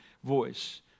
voice